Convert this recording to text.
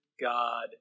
God